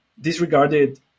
disregarded